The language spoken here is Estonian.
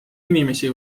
inimesi